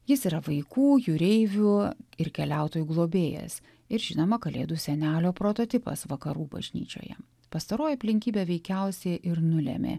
jis yra vaikų jūreivių ir keliautojų globėjas ir žinoma kalėdų senelio prototipas vakarų bažnyčioje pastaroji aplinkybė veikiausiai ir nulėmė